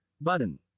button